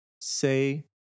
say